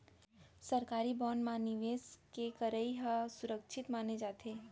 सरकारी बांड म निवेस के करई ह सुरक्छित माने जाथे